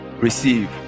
receive